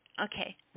Okay